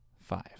five